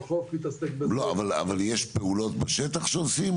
לא, אבל יש פעולות בשטח שעושים?